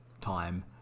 time